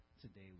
today